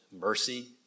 mercy